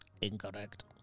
Incorrect